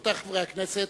רבותי חברי הכנסת,